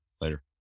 Later